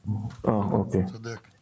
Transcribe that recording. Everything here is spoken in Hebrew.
גבוהה מראש ולא לפי הצרכים